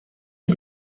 est